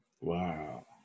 Wow